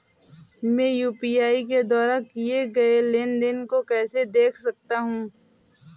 मैं यू.पी.आई के द्वारा किए गए लेनदेन को कैसे देख सकता हूं?